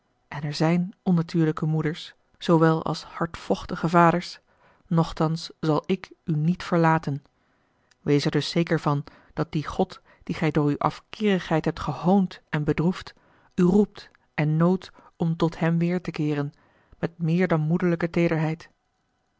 en er zijn onnatuurlijke moeders zoowel als hardvochtige vaders nochtans zal ik u niet verlaten wees er dus zeker van dat die god dien gij door uwe afkeerigheid hebt gehoond en bedroefd u roept en noodt om tot hem weêr te keeren met meer dan moederlijke teederheid